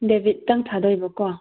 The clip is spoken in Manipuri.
ꯗꯦꯕꯤꯠꯇꯪ ꯊꯥꯗꯣꯏꯕꯀꯣ